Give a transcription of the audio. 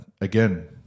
again